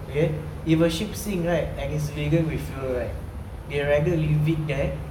okay if a ship sink right and it's laden with fuel right they rather leave it there